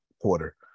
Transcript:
quarter